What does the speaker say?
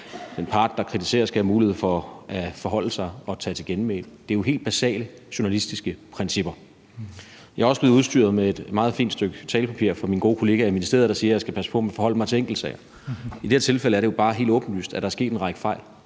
den part, der kritiseres, skal have mulighed for at forholde sig til det og tage til genmæle. Det er helt basale journalistiske principper. Jeg er også blevet udstyret med et meget fint stykke talepapir fra min gode kollega i ministeriet, der siger, at jeg skal passe på med at forholde mig til enkeltsager, men i det her tilfælde er det bare helt åbenlyst, at der er sket en række fejl.